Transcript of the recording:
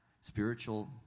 spiritual